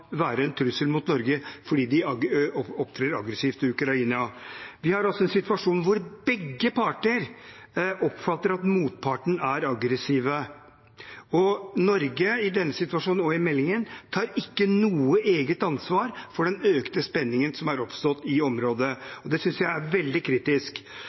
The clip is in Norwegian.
være en trussel mot Norge fordi de opptrer aggressivt mot Ukraina? Vi har altså en situasjon hvor begge parter oppfatter at motparten er aggressiv. Norge, i denne situasjonen og i meldingen, tar ikke noe eget ansvar for den økte spenningen som er oppstått i området, og det synes jeg er veldig kritisk.